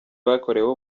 bakoreweho